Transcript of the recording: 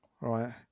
Right